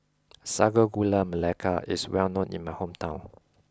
Sago Gula Melaka is well known in my hometown